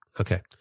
Okay